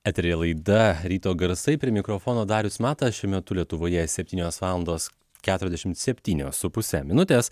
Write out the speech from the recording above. eteryje laida ryto garsai prie mikrofono darius matas šiuo metu lietuvoje septynios valandos keturiasdešimt septynios su puse minutės